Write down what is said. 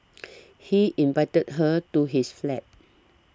he invited her to his flat